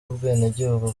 ubwenegihugu